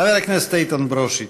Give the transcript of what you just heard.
חבר הכנסת איתן ברושי,